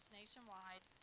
nationwide